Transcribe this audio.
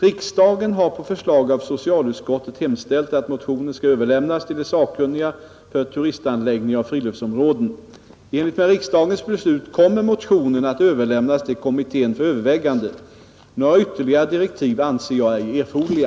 Riksdagen har på förslag av socialutskottet hemställt att motionen skall överlämnas till de sakkunniga för turistanläggningar och friluftsområden. I enlighet med riksdagens beslut kommer motionen att överlämnas till kommittén för övervägande. Några ytterligare direktiv anser jag ej erforderliga.